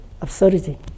absurdity